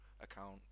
account